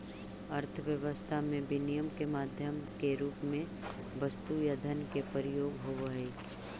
अर्थव्यवस्था में विनिमय के माध्यम के रूप में वस्तु या धन के प्रयोग होवऽ हई